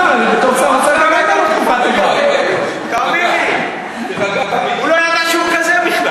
הוא בכלל לא ידע שהוא כזה.